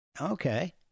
Okay